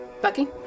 Bucky